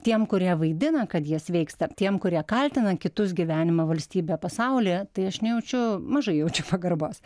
tiem kurie vaidina kad jis sveiksta tiem kurie kaltina kitus gyvenimą valstybę pasaulį tai aš nejaučiu mažai jaučia pagarbos